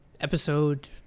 episode